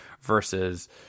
versus –